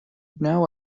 know